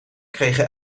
kregen